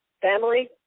family